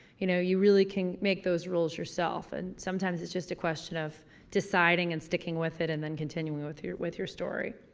you know, you really can make those rules yourself and sometimes it's just a question of deciding and sticking with it and then continuing with your with your story.